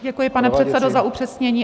Děkuji, pane předsedo, za upřesnění.